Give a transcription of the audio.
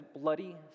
Bloody